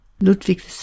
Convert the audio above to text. Ludwig